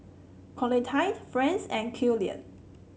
Clotilde Franz and Killian